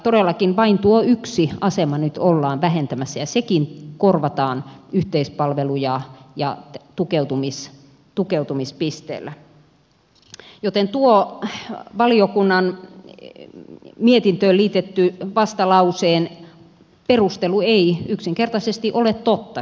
todellakin vain tuo yksi asema nyt ollaan vähentämässä ja sekin korvataan yhteispalvelu ja tukeutumispisteellä joten tuo valiokunnan mietintöön liitetyn vastalauseen perustelu ei yksinkertaisesti ole totta